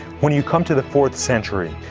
when you come to the fourth century,